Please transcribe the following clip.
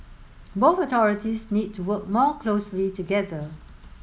both authorities need to work more closely together